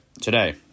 today